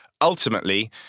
ultimately